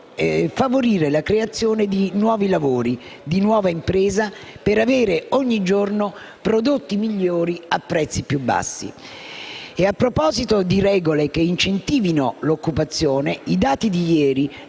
favorire la creazione di nuovi lavori, di nuova impresa, per avere ogni giorno prodotti migliori a prezzi più bassi. E a proposito di regole che incentivino l'occupazione, i dati di ieri,